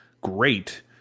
great